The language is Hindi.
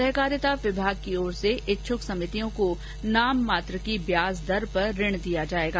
सहकारिता विभाग की ओर से इच्छ्क समितियों को नाममात्र की ब्याज दर पर ऋण दिया जायेगा